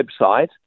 website